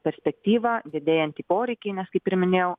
perspektyvą didėjantį poreikį nes kaip ir minėjau